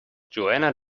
johanna